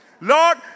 Lord